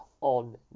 on